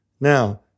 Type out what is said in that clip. Now